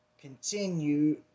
continue